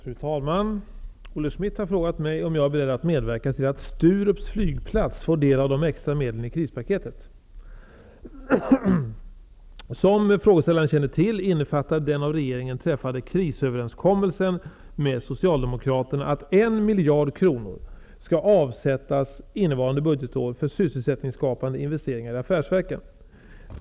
Fru talman! Olle Schmidt har frågat mig om jag är beredd att medverka till att Sturups flygplats får del av de extra medlen i krispaketet. Som frågeställaren känner till innefattar den av regeringen träffade krisöverenskommelsen med Socialdemokraterna att 1 miljard kronor skall avsättas innevarande budgetår för sysselsättningsskapande investeringar i affärsverken.